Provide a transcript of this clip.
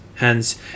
Hence